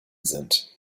sind